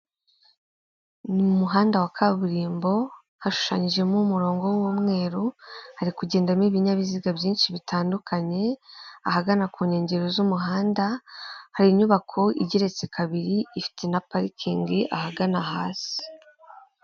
Mu muhanda wa kaburimbo hashushanyijemo umurongo w'umweru hari kugendamo ibinyabiziga byinshi bitandukanye ahagana ku nkengero z'umuhanda hari inyuba igeretse kabiri ifite na parikingi ahagana hasi.